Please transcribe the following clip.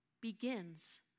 begins